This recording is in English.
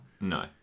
No